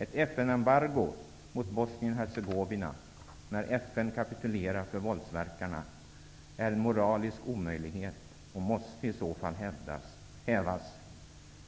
Ett FN-embargo mot Bosnien-Hercegovina, när FN kapitulerar för våldsverkarna, är en moralisk omöjlighet och måste i så fall hävas,